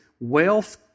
Wealth